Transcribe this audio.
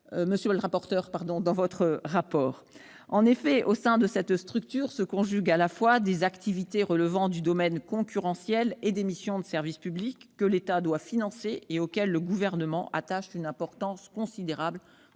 comme M. le rapporteur l'a souligné dans son rapport. En effet, au sein de cette structure se conjuguent des activités relevant du domaine concurrentiel et des missions de service public que l'État doit financer et auxquelles le Gouvernement, comme vous-mêmes, attache une importance considérable.